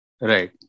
Right